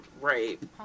rape